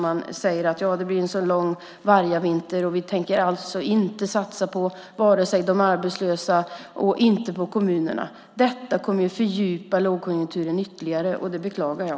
Han säger att det blir en lång vargavinter och att man inte tänker satsa vare sig på de arbetslösa eller på kommunerna. Detta kommer att fördjupa lågkonjunkturen ytterligare, och det beklagar jag.